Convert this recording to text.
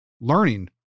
learning